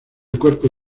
cuerpo